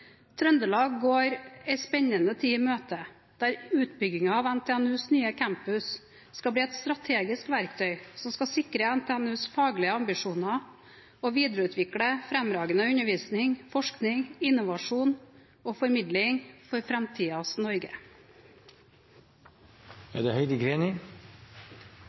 Trøndelag går en spennende tid i møte, der utbyggingen av NTNUs nye campus skal bli et strategisk verktøy som skal sikre NTNUs faglige ambisjoner, og videreutvikle fremragende undervisning, forskning, innovasjon og formidling for